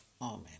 Amen